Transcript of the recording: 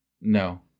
No